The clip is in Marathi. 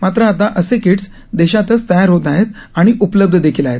मात्र आता असे किटस् देशातच तयार होत आहेत आणि उपलब्ध देखील आहेत